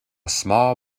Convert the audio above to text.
small